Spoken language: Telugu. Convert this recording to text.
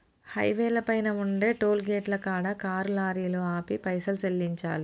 హైవేల పైన ఉండే టోలుగేటుల కాడ కారు లారీలు ఆపి పైసలు సెల్లించాలి